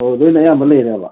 ꯑꯣ ꯂꯣꯏꯅ ꯑꯌꯥꯝꯕ ꯂꯩꯔꯦ ꯍꯥꯏꯕ